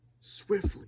swiftly